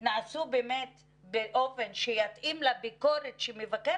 אכן נעשו באופן שיתאים לביקורת שמבקר